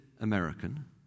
American